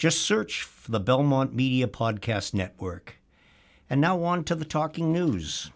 just search for the belmont media podcast network and now want to the talking news